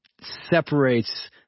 separates